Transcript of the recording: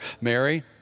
Mary